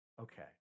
okay